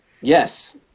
Yes